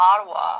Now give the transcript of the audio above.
ottawa